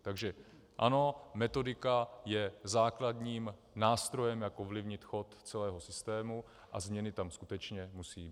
Takže ano, metodika je základním nástrojem, jak ovlivnit chod celého systému, a změny tam skutečně musí být.